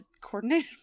coordinated